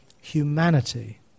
humanity